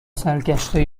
سرگشته